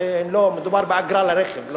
מדובר באגרת רכב.